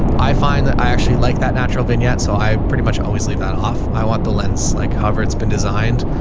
and i find that i actually like that natural vignette, so i pretty much always that off. i want the lens, like hover. it's been designed,